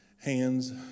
hands